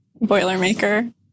Boilermaker